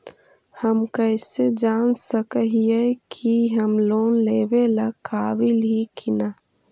हम कईसे जान सक ही की हम लोन लेवेला काबिल ही की ना?